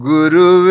Guru